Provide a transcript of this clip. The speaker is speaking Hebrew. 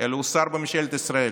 אלא הוא שר בממשלת ישראל,